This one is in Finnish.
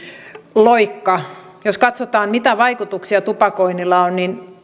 loikka jos katsotaan mitä vaikutuksia tupakoinnilla on niin